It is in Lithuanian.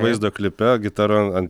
vaizdo klipe gitara an